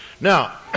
Now